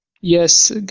Yes